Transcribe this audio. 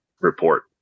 report